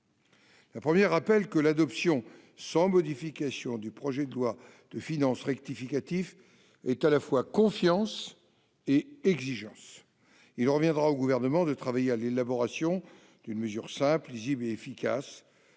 La première rappelle que l'adoption sans modification du projet de loi de finances rectificative est, à la fois, une marque de confiance et d'exigence. Il reviendra au Gouvernement de travailler à l'élaboration d'une mesure simple, lisible, efficace